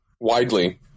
widely